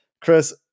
Chris